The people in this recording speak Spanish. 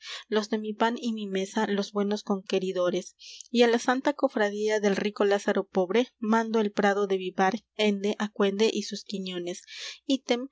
los de mi pan y mi mesa los buenos conqueridores y á la santa cofradía del rico lázaro pobre mando el prado de vivar ende aquende y sus quiñones